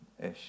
Ish